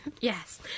Yes